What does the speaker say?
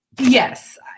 yes